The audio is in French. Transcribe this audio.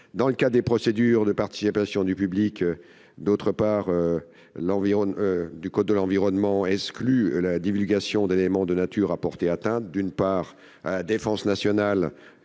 dans le cadre des procédures de participation du public, le code de l'environnement exclut la divulgation d'éléments de nature à porter atteinte à la défense nationale,